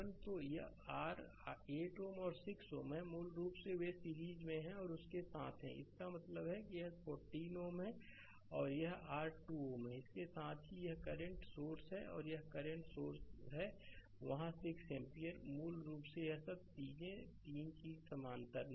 तो यह r 8 Ω और6 Ω है मूल रूप से वे सीरीज में और उसके साथ हैं और इसका मतलब है कि यह 14 Ω है और यह आर 2 Ω है और इसके साथ ही यह करंट सोर्स है यह करंट सोर्स है वहाँ 6 एम्पीयर है मूल रूप से यह सब 3 चीजें समानांतर में हैं